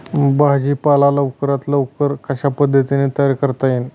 भाजी पाला लवकरात लवकर कशा पद्धतीने तयार करता येईल?